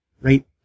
right